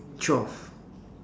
twelve